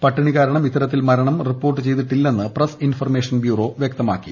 പട്ടിണികാരണം ക്ട്രിത്തർത്തിൽ മരണം റിപ്പോർട്ട് ചെയ്തിട്ടില്ലെന്ന് പ്രസ് ഇൻഫർമേഷൻ ബ്യൂറോ വ്യക്തമാക്കി